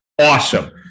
Awesome